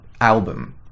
album